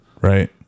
right